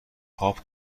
پاپ